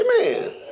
Amen